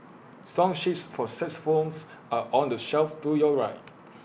song sheets for xylophones are on the shelf to your right